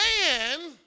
man